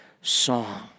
song